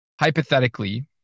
hypothetically